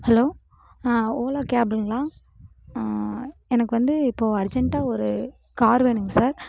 hello Ola கேபுங்களா எனக்கு வந்து இப்போது அர்ஜென்ட்டாக ஒரு கார் வேணுங்க சார்